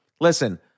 listen